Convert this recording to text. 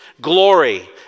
glory